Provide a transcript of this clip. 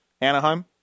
Anaheim